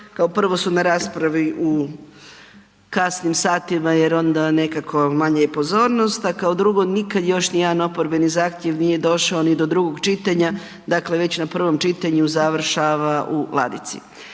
prvo su na raspravi u kasnim satima jer onda nekako manje je pozornost, a kao drugo nikad još nijedan oporbeni zahtjev nije došao ni do drugog čitanja, dakle već na prvom čitanju završava u ladici.